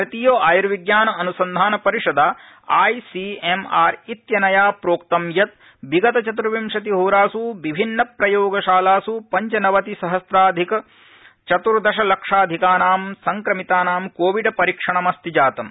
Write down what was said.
भारतीय आयुर्विज्ञान अनुसंधान परिषदा आईसीएमआर त्विनया प्रोक्तं यत् विगत चतुर्विशति होरासु विभिन्न प्रयोगशालासु पञ्च नवति सहस्राधिक चत्दर्श लक्षाधिकानां संक्रमितानां कोविड परीक्षणमस्ति जातमु